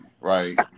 right